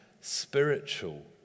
spiritual